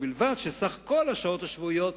ובלבד שסך כל השעות השבועיות